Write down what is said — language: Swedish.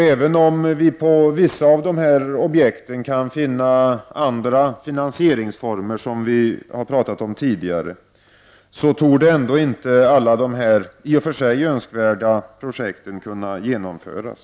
Även om det går att för vissa objekt finna andra finansieringsformer — som vi har talat om tidigare — torde ändå inte alla de önskvärda projekten kunna genomföras.